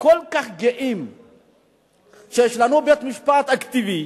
כל כך גאים שיש לנו בית-משפט אקטיבי,